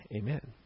Amen